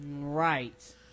Right